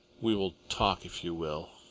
we will talk, if you will.